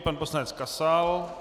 Pan poslanec Kasal.